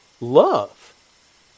Love